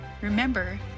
Remember